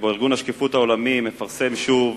שארגון השקיפות העולמי מפרסם שוב